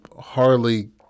hardly